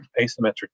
asymmetric